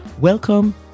Welcome